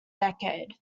decade